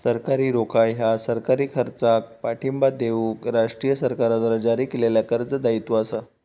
सरकारी रोखा ह्या सरकारी खर्चाक पाठिंबा देऊक राष्ट्रीय सरकारद्वारा जारी केलेल्या कर्ज दायित्व असा